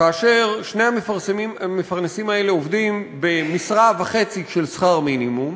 כאשר שני המפרנסים האלה עובדים במשרה וחצי של שכר מינימום,